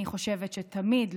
אני חושבת שתמיד,